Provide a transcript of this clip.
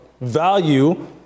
value